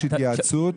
יש התייעצות,